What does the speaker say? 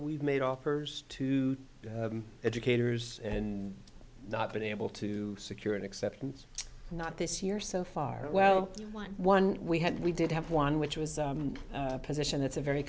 we've made offers to educators and not been able to secure an acceptance not this year so far well one one we had we did have one which was a position it's a very